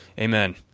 amen